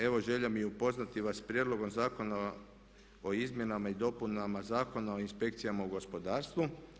Evo želja mi je upoznati vas s prijedlogom Zakona o izmjenama i dopunama Zakona o inspekcijama u gospodarstvu.